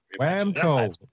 Whamco